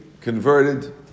converted